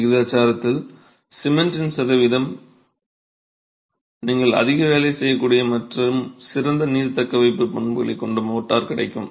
விகிதாச்சாரத்தில் சிமெண்ட் சதவிகிதம் நீங்கள் அதிக வேலை செய்யக்கூடிய மற்றும் சிறந்த நீர் தக்கவைப்பு பண்புகளைக் கொண்ட மோர்டார் கிடைக்கும்